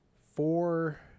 four